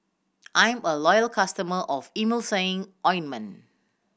I'm a loyal customer of Emulsying Ointment